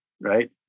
right